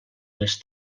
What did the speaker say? les